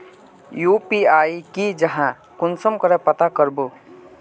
UPI की जाहा कुंसम करे पता करबो?